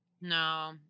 no